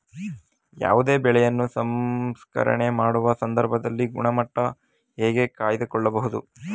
ಯಾವುದೇ ಬೆಳೆಯನ್ನು ಸಂಸ್ಕರಣೆ ಮಾಡುವ ಸಂದರ್ಭದಲ್ಲಿ ಗುಣಮಟ್ಟ ಹೇಗೆ ಕಾಯ್ದು ಕೊಳ್ಳಬಹುದು?